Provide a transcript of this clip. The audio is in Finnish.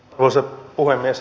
arvoisa puhemies